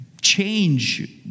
Change